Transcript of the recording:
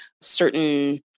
certain